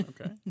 Okay